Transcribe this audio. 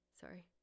Sorry